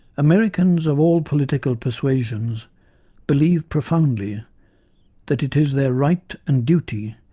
americans of all political persuasions believe profoundly that it is their right and duty,